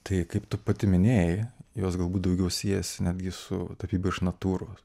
tai kaip tu pati minėjai jos galbūt daugiau siejasi netgi su tapyba iš natūros